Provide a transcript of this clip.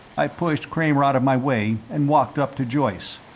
i pushed kramer out of my way and walked up to joyce.